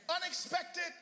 unexpected